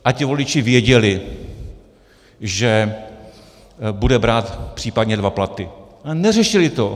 A voliči věděli, že bude brát případně dva platy, a neřešili to.